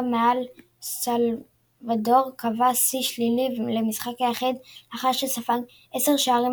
מאל סלוודור קבע שיא שלילי למשחק יחיד לאחר שספג 10 שערים